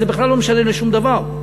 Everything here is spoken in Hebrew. זה בכלל לא משנה לשום דבר.